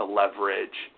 leverage